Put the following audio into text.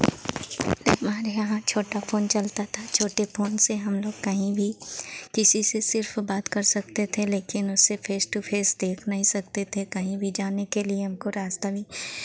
हमारे यहाँ छोटा फ़ोन चलता था छोटे फोन से हम लोग कहीं भी किसी से सिर्फ़ बात कर सकते थे लेकिन उसे फे़स टू फे़स देख नहीं सकते थे कहीं भी जाने के लिए हमको रास्ता भी